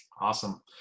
Awesome